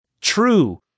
true